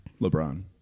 LeBron